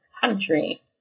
country